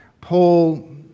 Paul